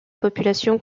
population